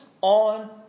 on